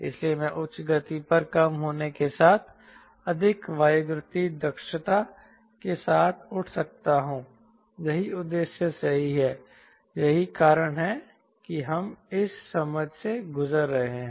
इसलिए मैं उच्च गति पर कम होने के साथ अधिक वायुगतिकीय दक्षता के साथ उड़ सकता हूं यही उद्देश्य सही है यही कारण है कि हम इस समझ से गुजर रहे हैं